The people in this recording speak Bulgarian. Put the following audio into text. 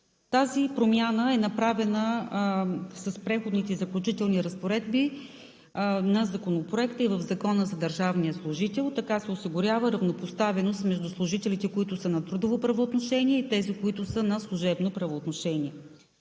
Тази промяна е направена с Преходните и заключителните разпоредби на Законопроекта и в Закона за държавния служител. Така се осигурява равнопоставеност между служителите, които са по трудово правоотношение, и тези, които са по служебно правоотношение.